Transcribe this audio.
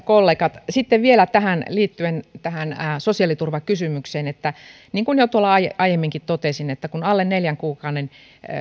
kollegat sitten vielä liittyen tähän sosiaaliturvakysymykseen niin kuin jo aiemminkin totesin kun alle neljän kuukauden